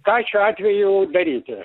ką šiuo atveju daryti